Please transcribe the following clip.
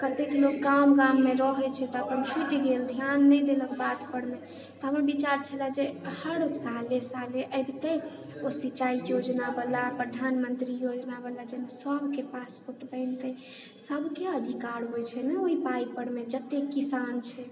कतेक लोक गाम गाममे रहैत छै तऽ अपन छूटि गेल ध्यान नहि देलक बात परमे तऽ हमर विचार छलऽ जे हर साले साले अबितै ओ सिंचाइ योजना वाला प्रधानमंत्री योजना वाला जाहिमे सबके पासबुक बनितै सबके अधिकार होइत छै ने ओहि पाइ परमे जते किसान छै